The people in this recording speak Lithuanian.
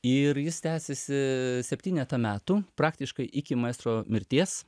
ir jis tęsiasi septynetą metų praktiškai iki maestro mirties